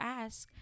ask